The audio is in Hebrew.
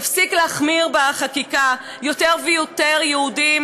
נפסיק להחמיר בחקיקה יותר ויותר יהודים